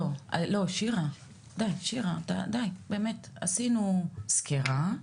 שירה, עשינו סקירה,